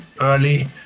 early